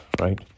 right